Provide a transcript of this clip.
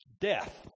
death